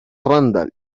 randall